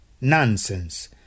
nonsense